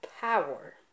power